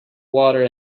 water